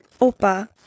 Opa